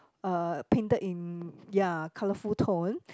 uh painted in ya colourful tone